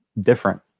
different